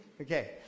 Okay